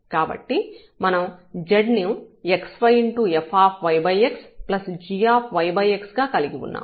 కాబట్టి మనం z ను xyfyxg గా కలిగి ఉన్నాం